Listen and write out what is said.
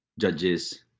judges